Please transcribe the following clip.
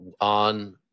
on